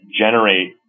generate